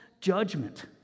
judgment